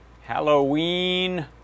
Halloween